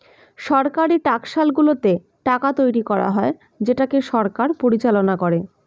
সরকারি টাকশালগুলোতে টাকা তৈরী করা হয় যেটাকে সরকার পরিচালনা করে